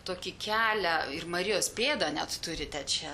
tokį kelią ir marijos pėdą net turite čia